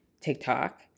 TikTok